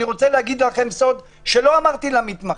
אני רוצה להגיד לכם סוד שלא אמרתי למתמחים.